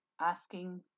asking